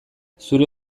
zure